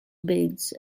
beds